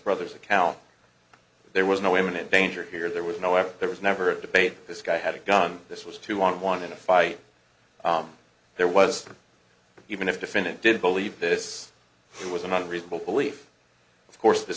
brother's account there was no imminent danger here there was no effort there was never a debate this guy had a gun this was two on one in a fight there was even if defendant did believe this who was among reasonable belief of course the